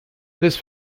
this